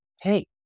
Hey